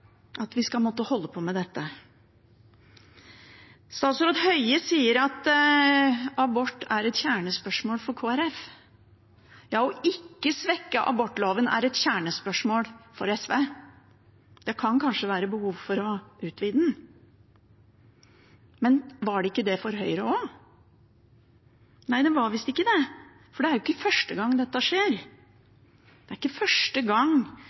at vi skal holde på med dette. Statsråd Høie sier at abort er et kjernespørsmål for Kristelig Folkeparti. Å ikke svekke abortloven er et kjernespørsmål for SV – det kan kanskje være behov for å utvide den. Men var det ikke et kjernespørsmål for Høyre også? Nei, det var visst ikke det. Det er ikke første gang dette skjer. Det er ikke første gang